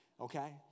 Okay